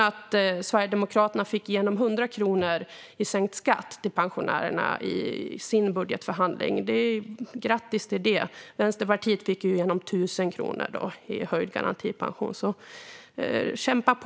Att Sverigedemokraterna fick igenom 100 kronor i sänkt skatt till pensionärerna i sin budgetförhandling säger jag grattis till, men Vänsterpartiet fick igenom 1 000 kronor i höjd garantipension. Men kämpa på!